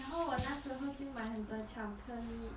然后我那时后就买很多巧克力